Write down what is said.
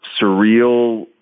surreal